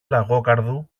λαγόκαρδου